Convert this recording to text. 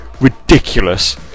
ridiculous